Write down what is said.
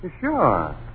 Sure